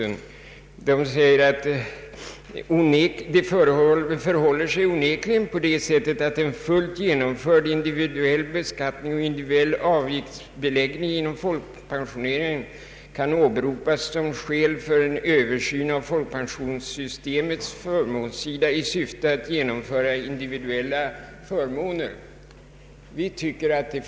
Utskottet skriver att det förhåller sig ”onekligen på det sättet att en fullt genomförd individuell beskatining och individuell avgiftsbeläggning inom folkpensioneringen kan åberopas som skäl för en översyn av folkpensionssystemets förmånssida i syfte att genomföra individuella förmåner”.